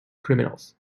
criminals